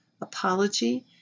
apology